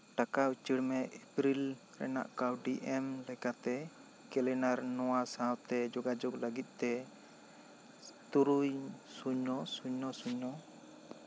ᱴᱟᱠᱟ ᱩᱪᱟᱹᱲ ᱢᱮ ᱮᱯᱨᱤᱞ ᱨᱮᱱᱟᱜ ᱠᱟᱣᱰᱤ ᱮᱢ ᱞᱮᱠᱟᱛᱮ ᱠᱞᱮᱱᱟᱨ ᱱᱚᱣᱟ ᱥᱟᱶᱛᱮ ᱡᱳᱜᱟᱡᱳᱜᱽ ᱞᱟᱜᱤᱫ ᱛᱮ ᱛᱩᱨᱩᱭ ᱥᱩᱧᱱᱚ ᱥᱩᱧᱱᱚ ᱥᱩᱧᱱᱚ